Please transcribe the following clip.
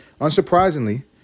Unsurprisingly